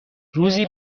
روزی